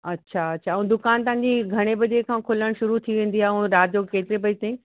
अछा अछा ऐं दुकानु तव्हांजी घणे बजे खां खुलणु शुरू थी वेंदी आहे ऐं राति जो केतिरे बजे ताईं